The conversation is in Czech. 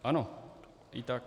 Ano, i tak.